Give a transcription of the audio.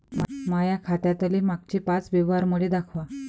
माया खात्यातले मागचे पाच व्यवहार मले दाखवा